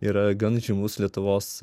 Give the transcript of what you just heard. yra gan žymus lietuvos